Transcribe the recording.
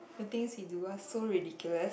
the things he do are so ridiculous